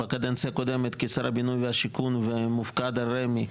בקדנציה הקודמת כשר הבינוי והשיכון והמופקד על רמ"י,